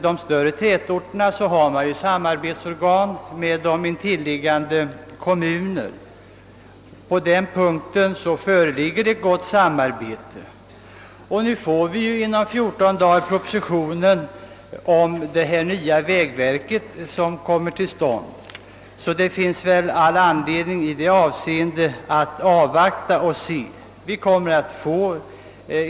— De större tätorterna och intilliggande kommu ner har gemensamma samarbetsorgan, och även där går samarbetet bra. Inom de närmaste fjorton dagarna kommer vi att få ta ställning till propositionen om det föreslagna nya vägverket. Det finns därför all anledning att avvakta och se.